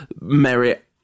merit